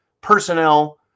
personnel